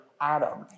Adam